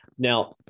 Now